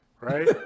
right